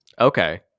okay